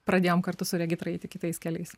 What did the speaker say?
pradėjom kartu su regitra eiti kitais keliais